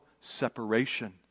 separation